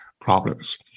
problems